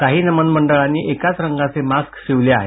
काही नमन मंडळांनी एकाच रंगाचे मास्क शिवले आहेत